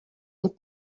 and